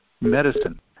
medicine